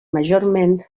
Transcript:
majorment